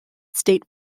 state